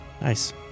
Nice